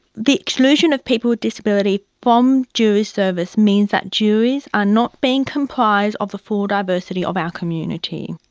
the exclusion of people with disability from jury service means that juries are not being comprised of the full diversity of our community.